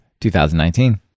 2019